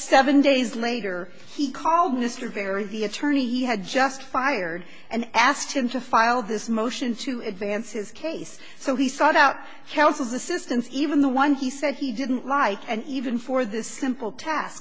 seven days later he called mr vary the attorney he had just fired and asked him to file this motion to advance his case so he sought out counsel's assistance even the one he said he didn't like and even for the simple task